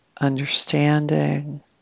understanding